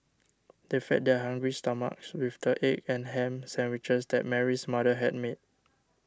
they fed their hungry stomachs with the egg and ham sandwiches that Mary's mother had made